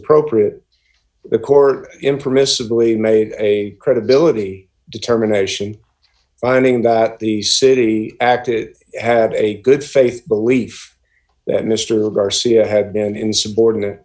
appropriate the court impermissibly made a credibility determination finding that the city acted had a good faith belief that mr garcia had been insubordinate